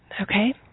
Okay